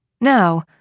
Now